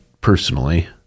personally